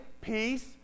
peace